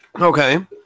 Okay